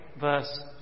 verse